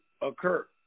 occur